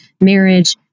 marriage